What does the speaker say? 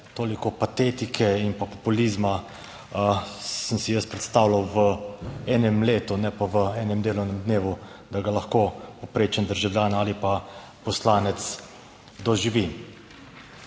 toliko patetike in populizma sem si jaz predstavljal v enem letu, ne pa v enem delovnem dnevu, da ga lahko povprečen državljan ali pa poslanec doživi.